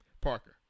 Parker